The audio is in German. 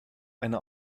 eine